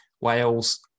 Wales